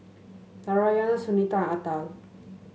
Narayana Sunita Atal